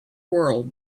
world